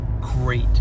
great